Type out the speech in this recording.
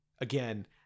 Again